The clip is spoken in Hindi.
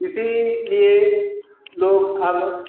इसीलिए लोग अब